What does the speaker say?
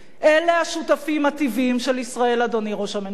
אלה השותפים הטבעיים של ישראל, אדוני ראש הממשלה.